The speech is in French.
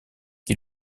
qui